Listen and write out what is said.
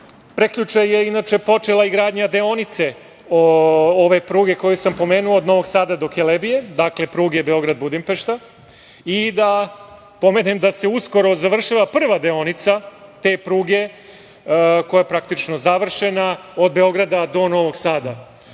prekjuče je inače počela i gradnja deonice ove pruge koju sam pomenuo od Novog Sada do Kelebije, dakle pruge Beograd-Budimpešta, i da pomenem da se uskoro završava prva deonica te pruge koja je praktično završena od Beograda do Novog Sada.